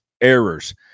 errors